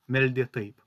meldė taip